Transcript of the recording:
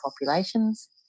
populations